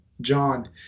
John